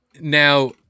Now